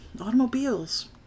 automobiles